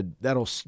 that'll